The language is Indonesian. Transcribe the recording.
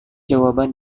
jawaban